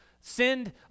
send